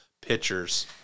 pitchers